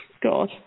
God